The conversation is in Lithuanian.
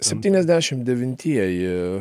septyniasdešim devintieji